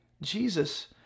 Jesus